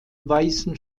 weißen